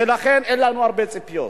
ולכן אין לנו הרבה ציפיות.